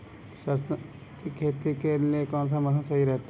सरसों की खेती करने के लिए कौनसा मौसम सही रहता है?